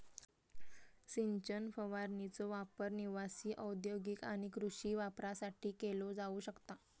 सिंचन फवारणीचो वापर निवासी, औद्योगिक आणि कृषी वापरासाठी केलो जाऊ शकता